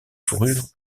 fourrures